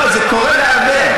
זה קורה להרבה.